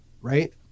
right